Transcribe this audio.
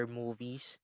movies